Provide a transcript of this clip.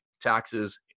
taxes